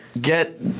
get